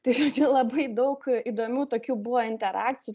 tai žodžiu labai daug įdomių tokių buvo interakcijų